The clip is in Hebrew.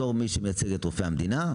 כמייצג את רופאי המדינה,